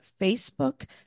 Facebook